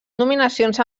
nominacions